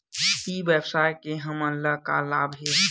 ई व्यवसाय से हमन ला का लाभ हे?